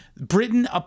Britain